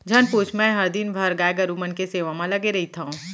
झन पूछ मैंहर दिन भर गाय गरू मन के सेवा म लगे रइथँव